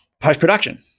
post-production